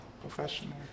Professional